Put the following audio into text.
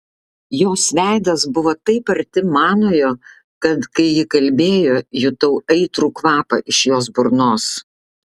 jos veidas buvo taip arti manojo kad kai ji kalbėjo jutau aitrų kvapą iš jos burnos